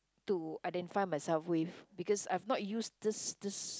to identify myself with because I have not used this this